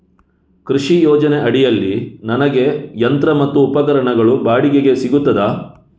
ಕೃಷಿ ಯೋಜನೆ ಅಡಿಯಲ್ಲಿ ನನಗೆ ಯಂತ್ರ ಮತ್ತು ಉಪಕರಣಗಳು ಬಾಡಿಗೆಗೆ ಸಿಗುತ್ತದಾ?